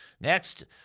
Next